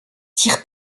tire